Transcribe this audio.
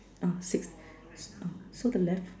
ah six ah so the left